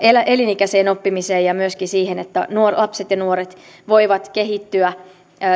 elinikäiseen oppimiseen ja myöskin siihen että lapset ja nuoret voivat kehittyä